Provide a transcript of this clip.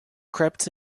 crept